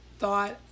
thought